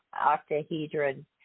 octahedron